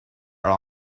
are